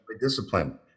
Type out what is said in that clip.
discipline